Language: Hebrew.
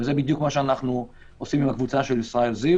וזה בדיוק מה שאנחנו עושים עם הקבוצה של ישראל זיו